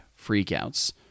freakouts